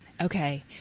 Okay